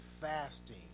fasting